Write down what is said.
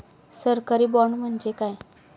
सरकारी बाँड म्हणजे काय?